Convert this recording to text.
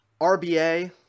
RBA